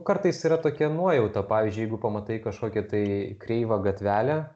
kartais yra tokia nuojauta pavyzdžiui jeigu pamatai kažkokią tai kreivą gatvelę